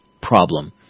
problem